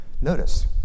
Notice